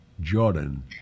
Jordan